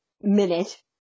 minute